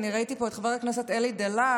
אני ראיתי פה את חבר הכנסת אלי דלל,